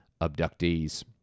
abductees